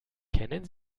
kennen